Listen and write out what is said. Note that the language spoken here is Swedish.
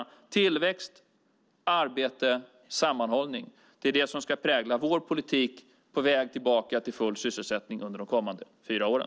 Det gäller tillväxt, arbete och sammanhållning. Det är det som ska prägla vår politik på väg tillbaka till full sysselsättning under de kommande fyra åren.